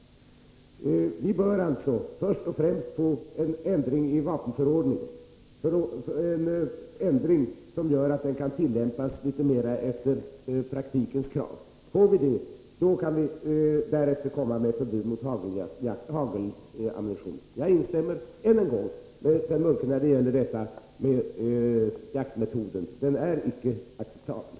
Vi bör alltså först och främst få till stånd en ändring i vapenförordningen som gör att den kan tillämpas litet mera efter praktikens krav. Får vi det, kan vi därefter diskutera förbud mot hagelammunition. Jag instämmer i vad herr Munke sade om jaktmetoden — den är inte acceptabel.